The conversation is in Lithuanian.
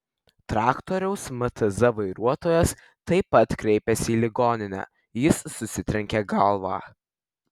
traktoriaus mtz vairuotojas taip pat kreipėsi į ligoninę jis susitrenkė galvą